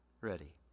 ready